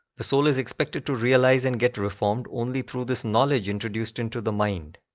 the soul is expected to realize and get reformed only through this knowledge introduced into the mind